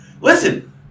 listen